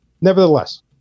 Nevertheless